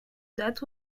that